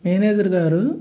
manager గారు